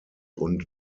und